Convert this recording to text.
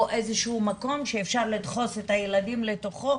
או איזה שהוא מקום שאפשר לדחוס את הילדים לתוכו,